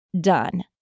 done